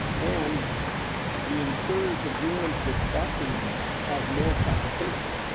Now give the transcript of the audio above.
and the insurer's agreements with doctors have more capitation,